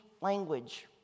language